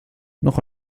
noch